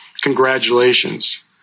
congratulations